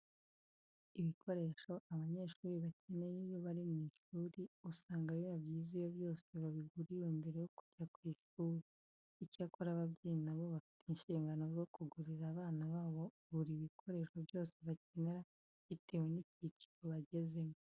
Ibikoresho abanyeshuri bakenera iyo bari mu Ishuri, usanga biba byiza iyo byose babiguriwe mbere yo kujya ku ishuri. Icyakora ababyeyi na bo bafite inshingano zo kugurira abana babo buri bikoresho byose bakenera bitewe n'icyiciro bagezemo.